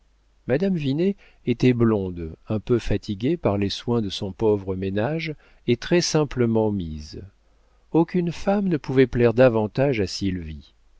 madame vinet était blonde un peu fatiguée par les soins de son pauvre ménage et très simplement mise aucune femme ne pouvait plaire davantage à sylvie